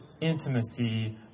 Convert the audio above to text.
intimacy